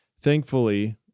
thankfully